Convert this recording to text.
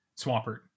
Swampert